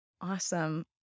awesome